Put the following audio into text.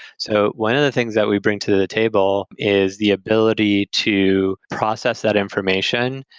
so one of the things that we bring to the the table is the ability to process that information,